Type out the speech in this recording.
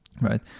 right